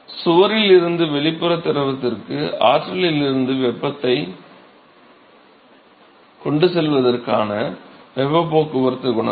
சுவரில் இருந்து வெளிப்புற திரவத்திற்கு ஆற்றலில் இருந்து வெப்பத்தை கொண்டு செல்வதற்கான போக்குவரத்து குணகம்